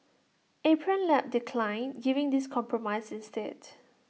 Apron Lab declined giving this compromise instead